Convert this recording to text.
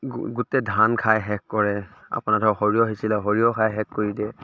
গো গোটেই ধান খাই শেষ কৰে আপোনাৰ ধৰক সৰিয়হ সিঁচিলে সৰিয়ঁহ খাই শেষ কৰি দিয়ে